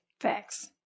Facts